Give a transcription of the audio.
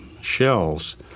shells